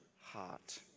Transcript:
heart